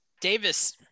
Davis